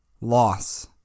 loss